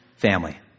Family